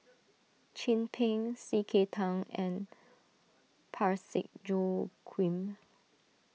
Chin Peng C K Tang and Parsick Joaquim